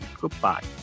goodbye